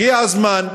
הגיע הזמן,